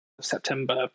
September